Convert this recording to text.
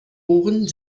ohren